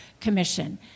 commission